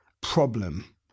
problem